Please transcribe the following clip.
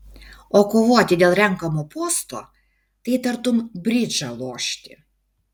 o kovoti dėl renkamo posto tai tartum bridžą lošti